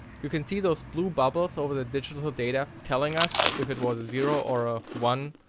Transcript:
you can see those blue bubbles over the digital data telling us if it was a zero or ah one.